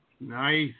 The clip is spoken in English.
Nice